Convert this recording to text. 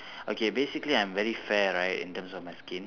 okay basically I'm very fair right in term of my skin